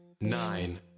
nine